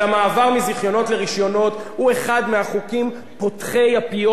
פותחי הפיות הדרמטיים ביותר שנעשו לא בכנסת השמונה-עשרה,